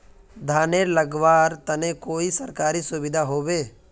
धानेर लगवार तने कोई सरकारी सुविधा होबे?